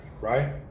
right